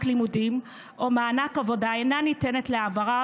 לימודים או מענק עבודה אינה ניתנת להעברה,